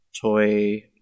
toy